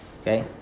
Okay